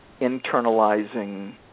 internalizing